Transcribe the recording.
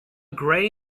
gray